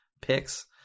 picks